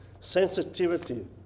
sensitivity